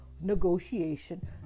negotiation